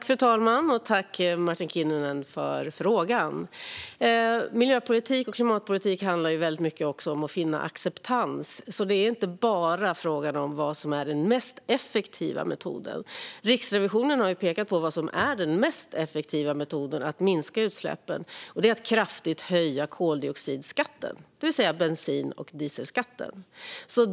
Fru talman! Jag tackar Martin Kinnunen för frågan. Miljöpolitik och klimatpolitik handlar också väldigt mycket om att finna acceptans. Det är alltså inte bara fråga om vad som är den mest effektiva metoden. Riksrevisionen har pekat på vad som är den mest effektiva metoden för att minska utsläppen. Det är att kraftigt höja koldioxidskatterna, det vill säga bensin och dieselskatten.